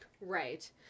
Right